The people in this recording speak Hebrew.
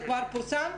זה כבר פורסם.